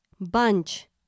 bunch